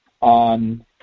on